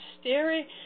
staring